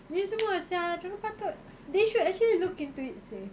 ni semua sia dia orang patut they should actually look into it seh